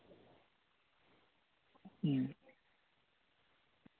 ᱦᱩᱸ